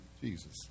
Jesus